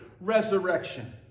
resurrection